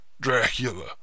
Dracula